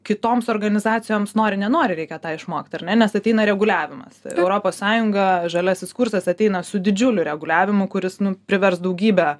kitoms organizacijoms nori nenori reikia tą išmokt ar ne nes ateina reguliavimas europos sąjunga žaliasis kursas ateina su didžiuliu reguliavimu kuris nu privers daugybę